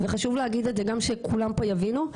וחשוב להגיד את זה גם שכולם פה יבינו,